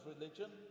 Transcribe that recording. religion